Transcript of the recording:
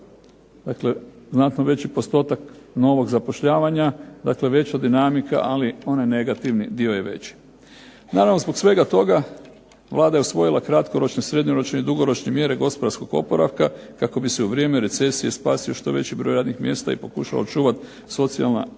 Dakle, znatno veći postotak novog zapošljavanja. Dakle, veća dinamika ali onaj negativni dio je veći. Naravno zbog svega toga Vlada je usvojila kratkoročne, srednjoročne i dugoročne mjere gospodarskog oporavka, kako bi se u vrijeme recesije spasio što veći broj radnih mjesta i pokuša očuvati socijalna